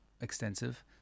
extensive